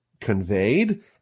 conveyed